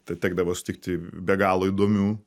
tekdavo sutikti be galo įdomių